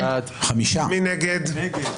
מי נגד?